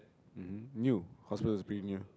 mmhmm new hospital is pretty new